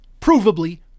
provably